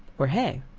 or hay.